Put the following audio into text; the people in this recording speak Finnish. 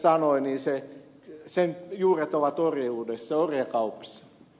naucler sanoi sen juuret ovat orjuudessa orjakaupassas